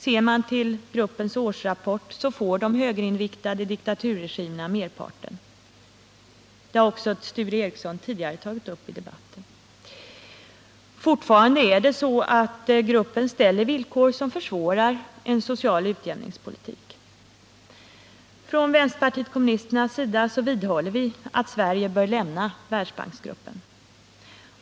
Ser man till gruppens årsrapport, finner man att de högerinriktade diktaturregimerna får merparten; det har också Sture Ericson tidigare tagit upp i debatten. Fortfarande är det så att gruppen ställer villkor som försvårar en social utjämningspolitik. Vänsterpartiet kommunisterna vidhåller att Sverige bör lämna Världsbanksgruppen.